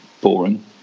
boring